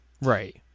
Right